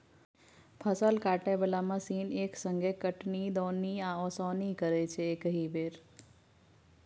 फसल काटय बला मशीन एक संगे कटनी, दौनी आ ओसौनी करय छै एकहि बेर